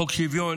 חוק שוויון